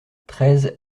treize